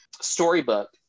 storybook